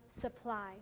supply